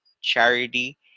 charity